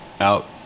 out